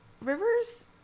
Rivers